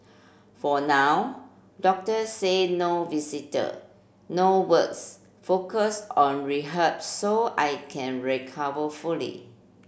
for now doctor say no visitor no works focus on rehab so I can recover fully